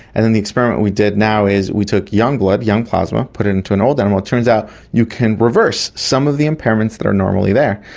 and then the experiment we did now is we took young blood, young plasma, put it into an old animal. it turns out you can reverse some of the impairments that are normally there.